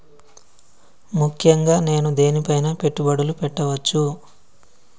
ముఖ్యంగా నేను దేని పైనా పెట్టుబడులు పెట్టవచ్చు?